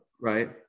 right